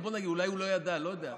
בוא נגיד אולי הוא לא ידע, לא יודע.